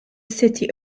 city